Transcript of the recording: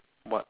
what